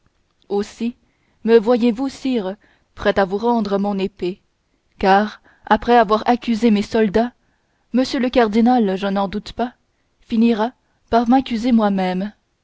aussi me voyez-vous sire prêt à vous rendre mon épée car après avoir accusé mes soldats m le cardinal je n'en doute pas finira par m'accuser moi-même